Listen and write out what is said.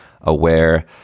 aware